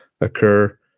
occur